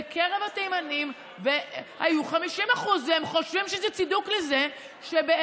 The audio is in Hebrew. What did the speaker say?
בקרב התימנים הם היו 50%. הם חושבים שזה צידוק לזה שאלה